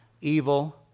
evil